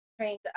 trained